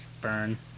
burn